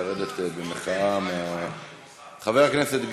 זה בסדר, תקנון,